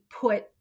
put